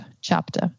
chapter